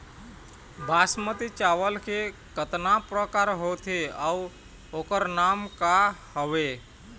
बासमती चावल के कतना प्रकार होथे अउ ओकर नाम क हवे?